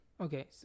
Okay